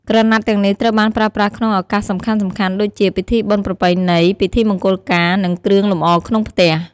ក្រណាត់ទាំងនេះត្រូវបានប្រើប្រាស់ក្នុងឱកាសសំខាន់ៗដូចជា ពិធីបុណ្យប្រពៃណី ពិធីមង្គលការ និងគ្រឿងលម្អក្នុងផ្ទះ។